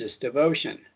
devotion